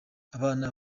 abana